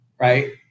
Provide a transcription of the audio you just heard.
right